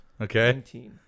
Okay